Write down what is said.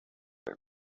why